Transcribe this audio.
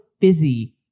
fizzy